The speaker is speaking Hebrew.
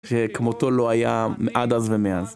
שכמותו לא היה עד אז ומאז.